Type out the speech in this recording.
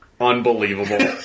Unbelievable